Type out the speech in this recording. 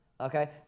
okay